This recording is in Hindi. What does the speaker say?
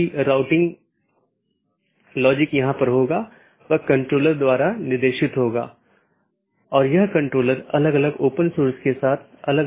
अब मैं कैसे एक मार्ग को परिभाषित करता हूं यह AS के एक सेट द्वारा परिभाषित किया गया है और AS को मार्ग मापदंडों के एक सेट द्वारा तथा गंतव्य जहां यह जाएगा द्वारा परिभाषित किया जाता है